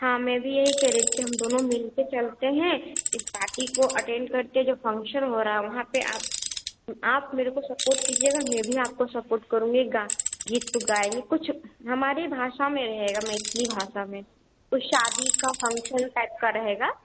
हाँ मैं भी यही कह रही कि हम दोनों मिलकर चलते हैं इस पार्टी को अटेंड करते जो फंक्शन हो रहा वहाँ पर आप आप मेरे को सपोर्ट कीजिएगा मैं भी आपको सपोर्ट करूँगी एक गा गीत को गाएँगे कुछ हमारी भाषा में रहेगा मैथिली भाषा में वह शादी का फंक्शन टाइप का रहेगा